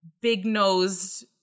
big-nosed